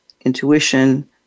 intuition